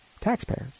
taxpayers